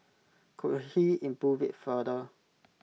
could he improve IT further